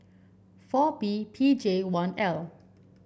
four B P J one L